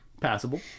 passable